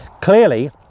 Clearly